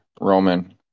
Roman